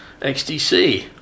xdc